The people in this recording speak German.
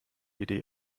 idee